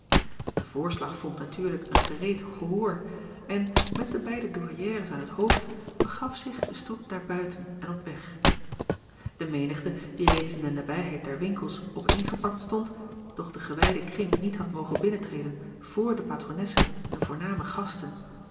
e voorslag vond natuurlijk een gereed gehoor en met de beide ouairières aan t hoofd begaf zich de stoet naar buiten acob van ennep laasje evenster delen en op weg e menigte die reeds in de nabijheid der winkels op een gepakt stond doch den gewijden kring niet had mogen binnentreden voor de atronessen en voorname gasten